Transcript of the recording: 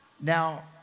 Now